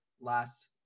last